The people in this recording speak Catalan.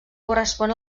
correspon